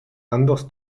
anders